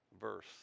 verse